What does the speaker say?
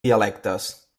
dialectes